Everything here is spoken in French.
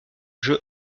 jeux